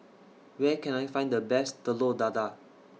Where Can I Find The Best Telur Dadah